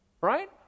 right